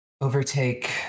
overtake